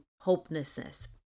hopelessness